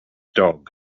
dog